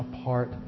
apart